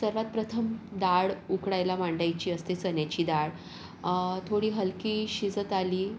सर्वात प्रथम डाळ उकडायला मांडायची असते चण्याची डाळ थोडी हलकी शिजत आली